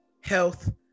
health